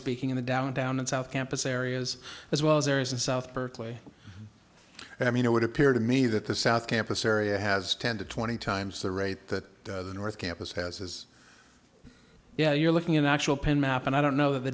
speaking in the downtown and south campus areas as well as areas in south berkeley i mean it would appear to me that the south campus area has ten to twenty times the rate that the north campus has is yeah you're looking at actual pin map and i don't know th